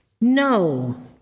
No